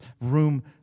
room